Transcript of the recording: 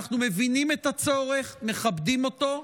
אנחנו מבינים את הצורך, מכבדים אותו,